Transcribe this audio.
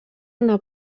una